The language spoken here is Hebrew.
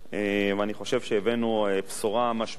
אני חושב שהבאנו בשורה משמעותית.